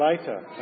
later